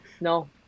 No